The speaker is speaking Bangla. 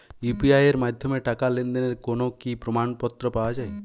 ইউ.পি.আই এর মাধ্যমে টাকা লেনদেনের কোন কি প্রমাণপত্র পাওয়া য়ায়?